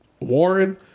warren